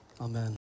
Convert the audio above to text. Amen